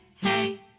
hey